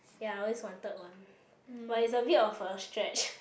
ya I always wanted one but it's a bit of a stretch